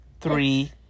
three